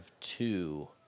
two